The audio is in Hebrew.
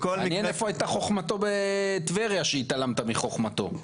מעניין איפה הייתה חוכמתו בטבריה שהתעלמת מחוכמתו.